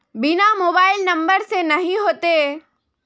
बिना mobile number से नहीं होते?